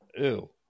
ew